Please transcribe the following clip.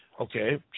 Okay